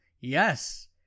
Yes